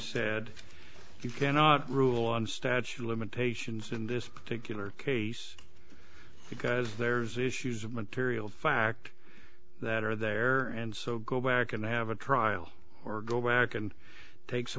said you cannot rule on statute limitations in this particular case because there's issues of material fact that are there and so go back and have a trial or go back and take some